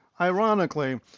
Ironically